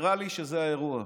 נראה לי שזה האירוע,